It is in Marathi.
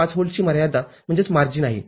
५ व्होल्टची मर्यादाआहे